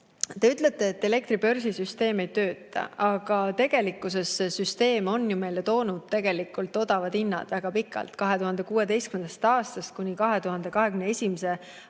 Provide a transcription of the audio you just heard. Te ütlete, et elektribörsi süsteem ei tööta, aga tegelikkuses see süsteem on meile toonud odavad hinnad väga pikalt. 2016. aastast kuni 2021. aasta